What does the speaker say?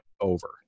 over